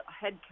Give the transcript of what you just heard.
head